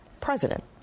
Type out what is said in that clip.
president